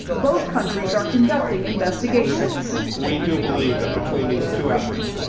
both countries are conducting investigations we do believe that between these two efforts.